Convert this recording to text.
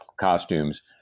costumes